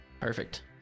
Perfect